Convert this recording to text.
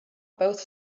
both